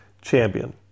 champion